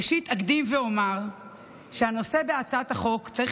ראשית אקדים ואומר שהנושא בהצעת החוק צריך